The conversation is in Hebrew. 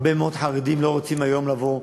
הרבה מאוד חרדים לא רוצים היום לבוא,